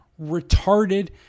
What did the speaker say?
retarded